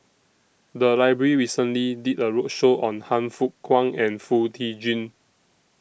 The Library recently did A roadshow on Han Fook Kwang and Foo Tee Jun